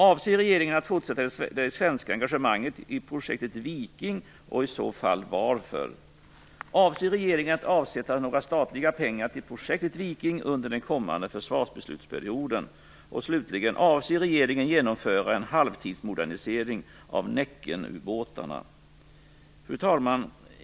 Avser regeringen att fortsätta det svenska engagemanget i projektet Viking, och i så fall varför? - Avser regeringen att avsätta några statliga pengar till projektet Viking under den kommande försvarsbeslutsperioden? Fru talman!